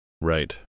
Right